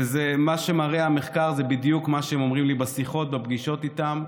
ומה שמראה המחקר זה בדיוק מה שהם אומרים לי בשיחות ובפגישות איתם.